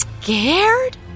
scared